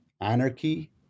anarchy